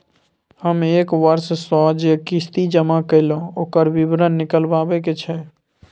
हम एक वर्ष स जे किस्ती जमा कैलौ, ओकर विवरण निकलवाबे के छै?